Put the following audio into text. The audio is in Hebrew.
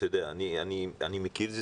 אני מכיר את זה,